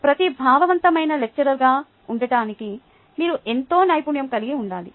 ప్రతిభావంతమైన లెక్చరర్గా ఉండటానికి మీరు ఎంతో నైపుణ్యం కలిగి ఉండాలి